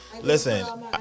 listen